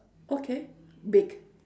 okay bake